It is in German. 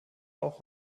auch